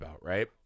right